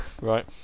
Right